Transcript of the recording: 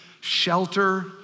shelter